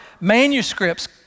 manuscripts